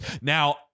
Now